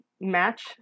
match